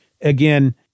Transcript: again